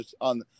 on